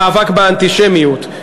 המאבק באנטישמיות,